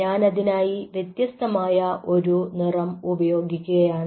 ഞാൻ അതിനായി വ്യത്യസ്തമായ ഒരു നിറം ഉപയോഗിക്കുകയാണ്